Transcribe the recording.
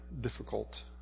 difficult